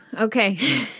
okay